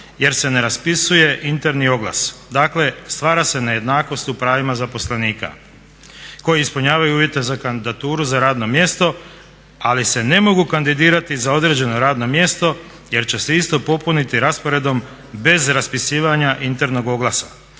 jer se ne raspisuje interni oglas. Dakle, stvara se nejednakost u pravima zaposlenika koji ispunjavaju uvjete za kandidatura za radno mjesto ali se ne mogu kandidirati za određeno radno mjesto jer će se isto popuniti rasporedom bez raspisivanja internog oglasa